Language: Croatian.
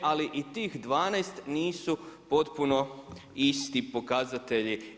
Ali i tih 12 nisu potpuno isti pokazatelji.